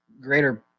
greater